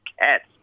cats